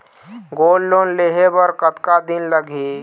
Gold loan लेहे बर कतका दिन लगही?